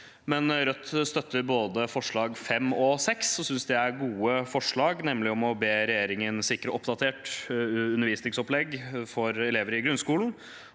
Rødt støtter både forslag nr. 5 og forslag nr. 6, om å be regjeringen sikre oppdatert undervisningsopplegg for elever i grunnskolen